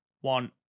one